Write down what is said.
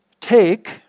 take